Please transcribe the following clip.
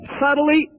subtly